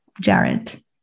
Jared